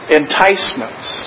enticements